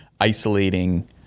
isolating